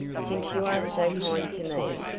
since you are so kind to me,